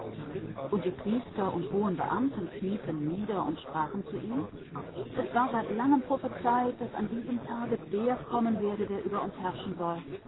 und die priester und die hohen beamten knieten nieder und sprachen zu ihm es war seit langer zeit geweissagt daß am heutigen tage kommen würde der über uns herrschen soll